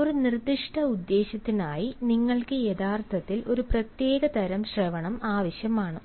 ഒരു നിർദ്ദിഷ്ട ഉദ്ദേശ്യത്തിനായി നിങ്ങൾക്ക് യഥാർത്ഥത്തിൽ ഒരു പ്രത്യേകതരം ശ്രവണം ആവശ്യമാണ്